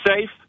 safe